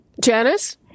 Janice